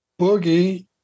Boogie